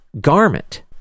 garment